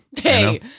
Hey